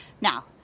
Now